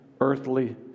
earthly